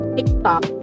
TikTok